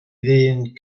ddyn